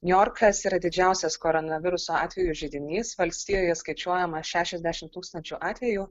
niujorkas yra didžiausias koronaviruso atvejų židinys valstijoje skaičiuojama šešiasdešimt tūkstančių atvejų